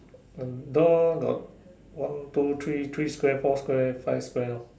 uh door got one two three three Square four Square five Square lor